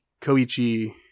Koichi